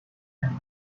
and